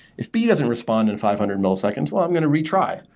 if b doesn't respond in five hundred milliseconds, well, i'm going to retry,